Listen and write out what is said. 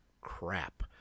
crap